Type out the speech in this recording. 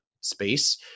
space